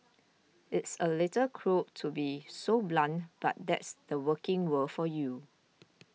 it's a little cruel to be so blunt but that's the working world for you